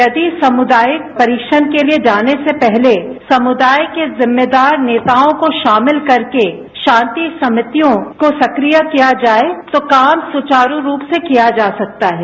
यदि सामुदायिक परीक्षण के जाने से पहले समुदाय के जिम्मेदार नेताओं को शामिल करके शांति समितियों को सक्रिय किया जाए तो काम सुचारू रूप से किया जा सकता है